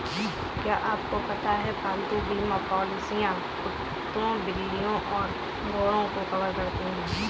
क्या आपको पता है पालतू बीमा पॉलिसियां कुत्तों, बिल्लियों और घोड़ों को कवर करती हैं?